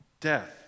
Death